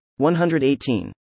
118